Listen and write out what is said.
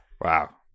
Wow